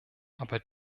aber